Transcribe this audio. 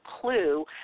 clue